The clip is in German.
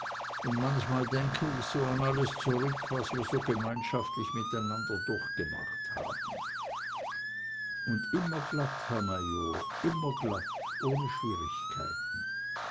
und manchmal denk ich so an alles zurück was wir so gemeinschaftlich miteinander durchgemacht haben und immer glatt herr major immer glatt ohne schwierigkeiten